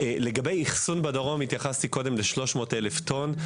לגבי אחסון בדרום, התייחסתי קודם ל-300 אלף טון.